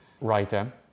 writer